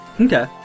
Okay